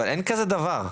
אבל אין כזה דבר.